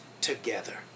together